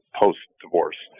post-divorce